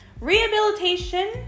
Rehabilitation